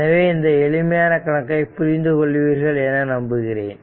எனவே இந்த எளிமையான கணக்கை புரிந்து கொள்வீர்கள் என நம்புகிறேன்